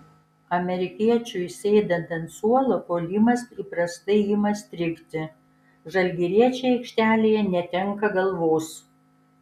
amerikiečiui sėdant ant suolo puolimas įprastai ima strigti žalgiriečiai aikštelėje netenka galvos